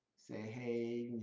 say, hey. are